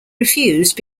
refused